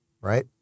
right